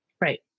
Right